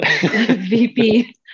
VP